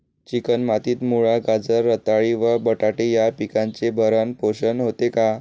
Chicken मातीत मुळा, गाजर, रताळी व बटाटे या पिकांचे भरण पोषण होते का?